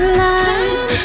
lies